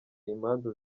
imanza